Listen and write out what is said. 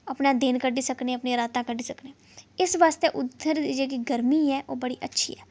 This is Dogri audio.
अपना दिन कड्डी सकने अपनी रातां कड्डी सकने इस वास्तै उद्धर जेह्की गरमी ऐ ओह् बड़ी अच्छी ऐ